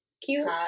cute